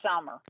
summer